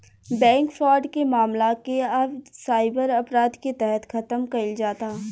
bank fraud के मामला के अब साइबर अपराध के तहत खतम कईल जाता